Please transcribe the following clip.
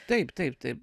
taip taip taip